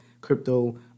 Crypto